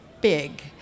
big